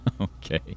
Okay